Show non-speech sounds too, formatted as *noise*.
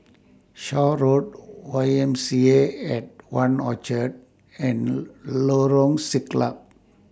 Shaw Road Y M C A At one Orchard and *unintelligible* Lorong Siglap